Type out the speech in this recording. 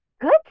Good